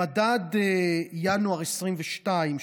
במדד ינואר 2022,